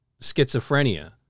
schizophrenia